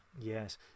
Yes